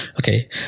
Okay